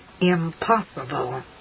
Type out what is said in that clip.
impossible